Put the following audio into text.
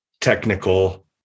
technical